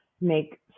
make